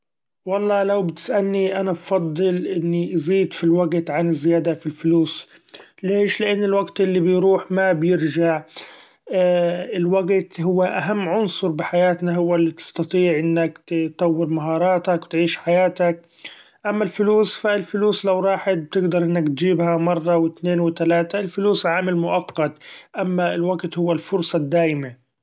والله لو بتسألني أنا بفضل إني زيد في الوقت عن الزيادة في الفلوس ليش؟ لأن الوقت اللي بيروح ما بيرچع ،‹ hesitate › الوقت هو أهم عنصر بحياتنا هو الي يستطيع إنك تطور مهاراتك وتعيش حياتك، أما الفلوس ف الفلوس لو راحت بتقدر إنك تچيبها مرة واتنين وتلاته الفلوس عامل مؤقت اما الوقت هو الفرصة الدأيمة.